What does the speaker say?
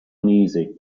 uneasy